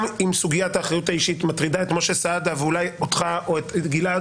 גם אם סוגיית האחריות האישית מטרידה את משה סעדה ואולי אותך או את גלעד,